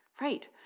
Right